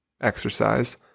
exercise